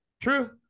True